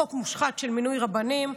חוק מושחת של מינוי רבנים,